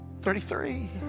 Thirty-three